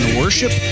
worship